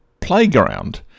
playground